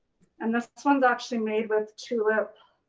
and this this one's actually made with tulip